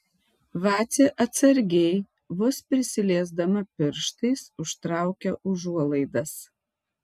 vacė atsargiai vos prisiliesdama pirštais užtraukia užuolaidas